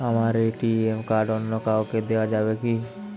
আমার ATM card অন্য কাউকে দেওয়া যাবে কি?